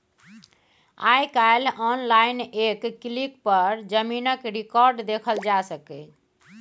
आइ काल्हि आनलाइन एक क्लिक पर जमीनक रिकॉर्ड देखल जा सकैए